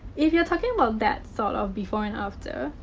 if you're talking about that sort of before-and-after,